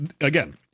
again